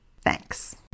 Thanks